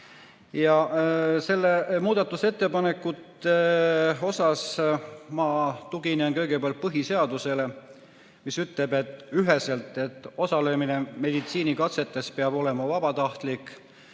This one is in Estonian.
vaikselt. Muudatusettepanekute puhul ma tuginen kõigepealt põhiseadusele, mis ütleb üheselt, et osalemine meditsiinikatsetes peab olema vabatahtlik.